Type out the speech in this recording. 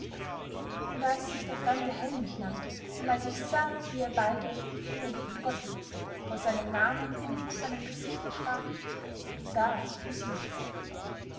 und als sich der fremde hellmich nannte und als ich sah wie ihr beide du und gottlieb vor seinem namen und seinem gesicht erschraket da wußte ich's